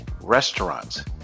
restaurants